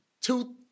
two